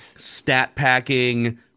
stat-packing